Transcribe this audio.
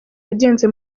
wagenze